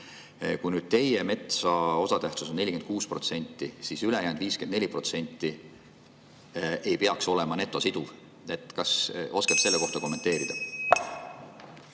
Kui teie metsa osatähtsus on 46%, siis ülejäänud 54% ei peaks olema netosiduv. Kas oskate seda kommenteerida?